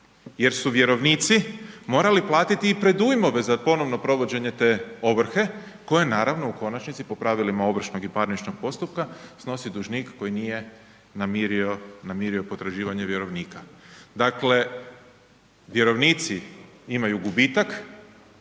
jer su vjerovnici morali platiti i predujmove za ponovno provođenje te ovrhe koju naravno u konačnici po pravilima ovršnog i parničnog postupka, snosi dužnik koji nije namirio potraživanje vjerovnika. Dakle, vjerovnici imaju gubitak,